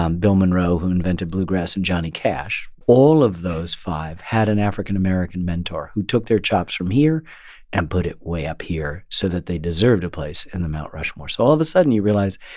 um bill monroe, who invented bluegrass, and johnny cash all of those five had an african american mentor who took their chops from here and put it way up here so that they deserved a place in the mount rushmore. so all of a sudden, you realize,